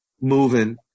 moving